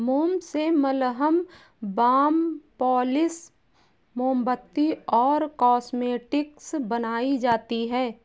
मोम से मलहम, बाम, पॉलिश, मोमबत्ती और कॉस्मेटिक्स बनाई जाती है